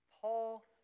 Paul